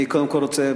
אני קודם כול רוצה,